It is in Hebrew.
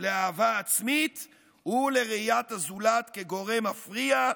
לאהבה עצמית ולראיית הזולת כגורם מפריע,